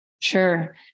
Sure